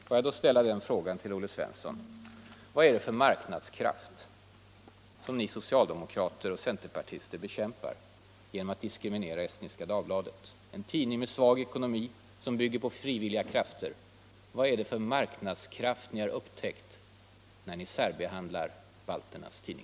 Får jag då ställa en fråga till Olle Svensson: Vad är det för marknadskraft som ni socialdemokrater och centerpartister bekämpar genom att diskriminera Estniska Dagbladet? Det är en tidning med svag ekonomi som bygger på frivilliga krafter. Vad är det för marknadskraft ni har upptäckt när ni särbehandlar balternas tidning?